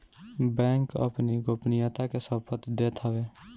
bank अपनी गोपनीयता के शपथ लेत हवे